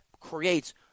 creates